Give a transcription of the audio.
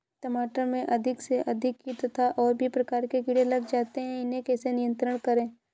टमाटर में अधिक से अधिक कीट तथा और भी प्रकार के कीड़े लग जाते हैं इन्हें कैसे नियंत्रण करें?